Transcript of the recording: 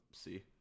see